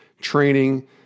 training